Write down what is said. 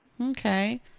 Okay